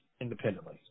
independently